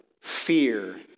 fear